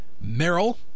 Merrill